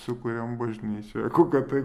sukuriam bažnyčią kokią tai